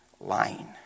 lying